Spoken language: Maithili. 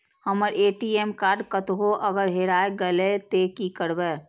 हमर ए.टी.एम कार्ड कतहो अगर हेराय गले ते की करबे?